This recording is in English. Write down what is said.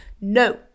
No